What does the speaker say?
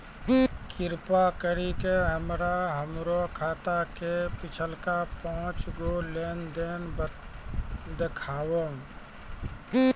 कृपा करि के हमरा हमरो खाता के पिछलका पांच गो लेन देन देखाबो